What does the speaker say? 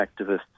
activists